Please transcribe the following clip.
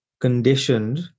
conditioned